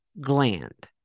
gland